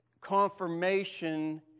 confirmation